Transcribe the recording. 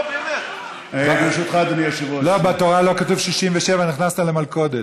לא, באמת, לא, בתורה לא כתוב 67', נכנסת למלכודת.